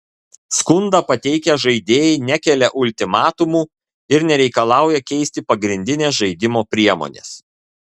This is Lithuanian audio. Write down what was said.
skundą pateikę žaidėjai nekelia ultimatumų ir nereikalauja keisti pagrindinės žaidimo priemonės